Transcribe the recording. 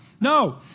No